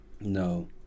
No